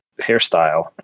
hairstyle